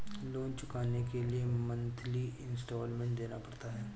loan चुकाने के लिए मंथली इन्सटॉलमेंट देना पड़ता है